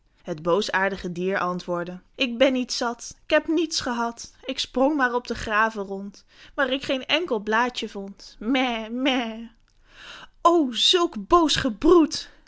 het boosaardige dier antwoordde ik ben niet zat k heb niets gehad ik sprong maar op de graven rond waar ik geen enkel blaadje vond mè mè o zulk boos gebroed